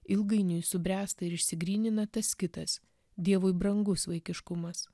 ilgainiui subręsta ir išsigrynina tas kitas dievui brangus vaikiškumas